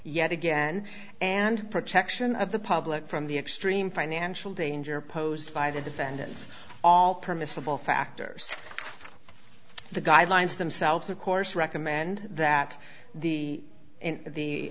yet again and protection of the public from the extreme financial danger posed by the defendants all permissible factors the guidelines themselves of course recommend that the in